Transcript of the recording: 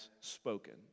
spoken